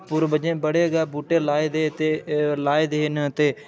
पूर्वजें बड़े गै बूह्टे लाए दे ते लाए दे न ते